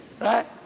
Right